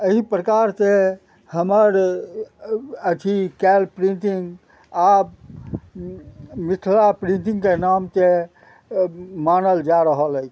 एहि प्रकारसँ हमर अथी कयल प्रिन्टिंग आब मिथिला प्रिंटिंगके नामके मानल जा रहल अछि